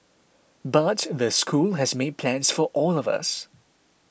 but the school has made plans for all of us